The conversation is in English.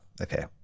okay